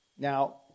Now